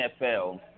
NFL